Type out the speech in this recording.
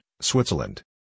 Switzerland